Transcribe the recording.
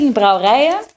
brouwerijen